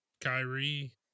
Kyrie